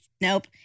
Nope